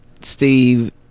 Steve